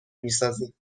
میسازیم